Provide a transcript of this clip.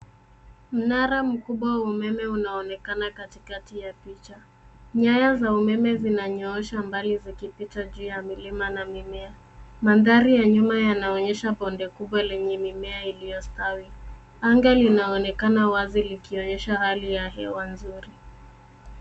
Mnara mkubwa wa umeme unaonekana katikati ya picha. Nyaya za umeme zinanyoosha mbali zikipita juu ya milima na mimea. Mandhari ya nyuma yanaonyesha bonde kubwa lenye mimea iliyostawi. Anga linaonekana wazi likionyesha hali ya hewa nzuri.